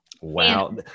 wow